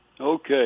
Okay